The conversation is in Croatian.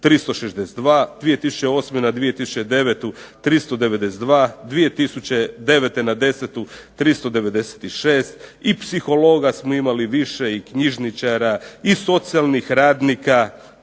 362, 2008. na 2009. 392, 2009. na 2010. 396 i psihologa smo imali više i knjižničara i socijalnih radnika.